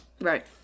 Right